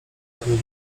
panie